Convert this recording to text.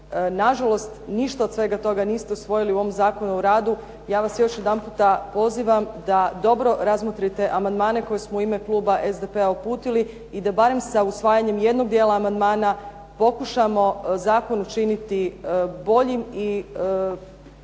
Nažalost, ništa od svega toga niste usvojili u ovom Zakonu o radu. Ja vas još jedanputa pozivam da dobro razmotrite amandmane koje smo u ime kluba SDP-a uputili i da barem sa usvajanjem jednog dijela amandmana pokušamo zakon učiniti boljim i